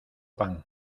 pan